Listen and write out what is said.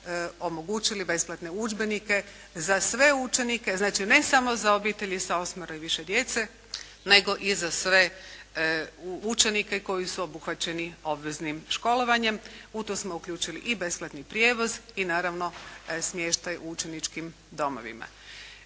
omogućili besplatne udžbenike za sve učenike, znači ne samo za obitelji sa osmero i više djece nego i za sve učenike koji su obuhvaćeni obveznim školovanjem. U to smo uključili i besplatni prijevoz i naravno smještaj u učeničkim domovima.